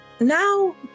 Now